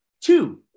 Two